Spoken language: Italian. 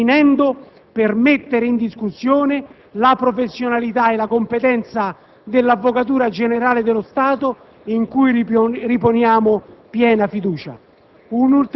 finendo per mettere in discussione la professionalità e la competenza dell'Avvocatura generale dello Stato, in cui riponiamo piena fiducia.